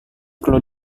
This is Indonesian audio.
perlu